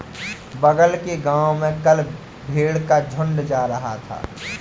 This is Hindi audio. बगल के गांव में कल भेड़ का झुंड जा रहा था